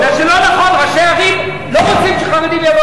מפני שלא נכון: ראשי ערים לא רוצים שחרדים יבואו.